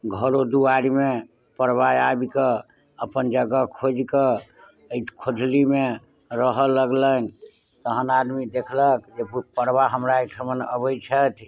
घरो दुआरि मे पड़बा आबि कऽ अपन जगह खोजि कऽ एहि खोधलीमे रहऽ लगलनि तहन आदमी देखलक जे किछु पड़बा हमरा एहिठमन अबै छथि